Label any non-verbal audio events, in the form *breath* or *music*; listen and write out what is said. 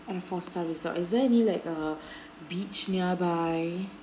um four star resort is there any like a *breath* beach nearby